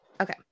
Okay